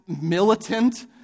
militant